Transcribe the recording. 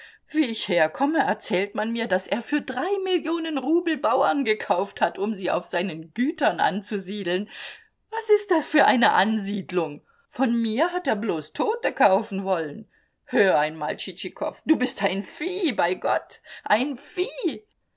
wie ich herkomme erzählt man mir daß er für drei millionen rubel bauern gekauft hat um sie auf seinen gütern anzusiedeln was ist das für eine ansiedlung von mir hat er bloß tote kaufen wollen hör einmal tschitschikow du bist ein vieh bei gott ein vieh